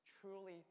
truly